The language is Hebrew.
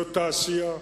זו תעשייה.